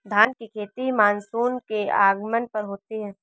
धान की खेती मानसून के आगमन पर होती है